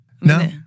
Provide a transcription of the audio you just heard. No